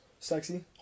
Sexy